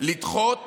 לדחות